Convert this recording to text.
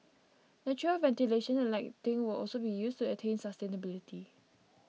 natural ventilation and lighting will also be used to attain sustainability